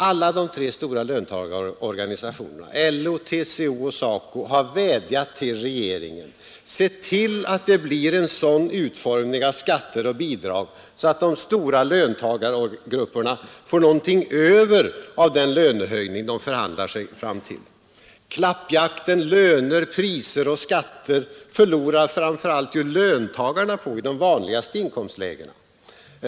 Alla de tre stora löntagarorganisationerna — LO, TCO och SACO =— har vädjat till regeringen: Se till att det blir en sådan utformning av skatter och bidrag att de stora löntagargrupperna får någonting över av den löneförhöjning de förhandlar sig fram till! Klappjakten mellan priser, löner och skatter förlorar framför allt löntagarna i de vanligaste inkomstlägena på.